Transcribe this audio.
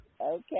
okay